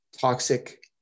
toxic